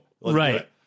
right